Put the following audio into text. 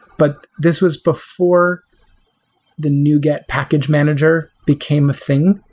but this was before the new get package manager became a thing.